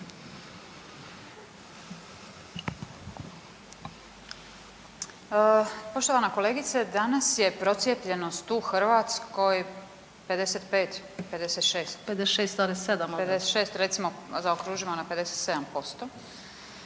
Poštovana kolegice. Danas je procijepljenost u Hrvatskoj 55, 56 …/Upadica Grba